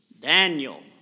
Daniel